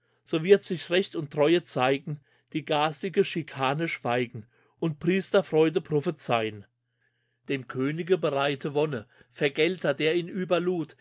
so wird sich recht und treue zeigen die garstige chicane schweigen und priester freude prophezeien dem könige bereite wonne vergelter der ihn überlud